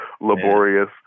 laborious